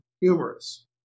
humorous